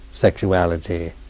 Sexuality